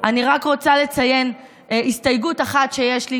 אני רק רוצה לציין הסתייגות אחת שיש לי.